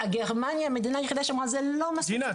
וגרמניה היא מדינה היחידה שאומרת זה לא מספיק --- ג'ינה,